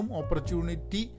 opportunity